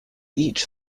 each